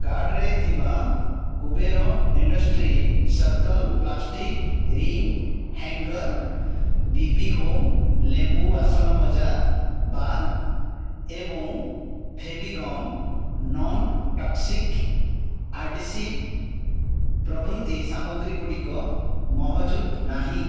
କାର୍ଟ୍ରେ ଥିବା Kuber industries circle plastic ring hanger BB home ଲେମ୍ବୁ ବାସନମଜା ବାର୍ ଏବଂ ଫେଭିଗମ୍ ନନ୍ ଟକ୍ସିକ୍ ଆଢ଼େସିଭ୍ ପ୍ରଭୃତି ସାମଗ୍ରୀ ଗୁଡ଼ିକ ମହଜୁଦ ନାହିଁ